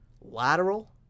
lateral